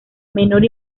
menor